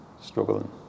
struggling